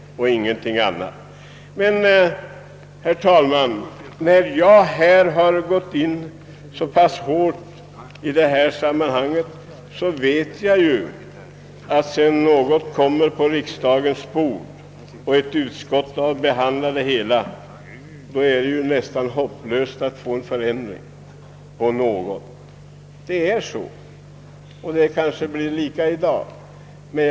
Herr talman! Om jag har gått ut hårt i detta sammanhang så beror det därpå att jag vet att sedan ett ärende lagts på riksdagens bord och behandlats av ett utskott är det nästan hopplöst att få en ändring till stånd. Det brukar vara så och kanske det blir likadant i dag.